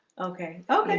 okay. oh, but and